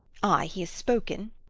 ay, he has spoken!